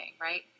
right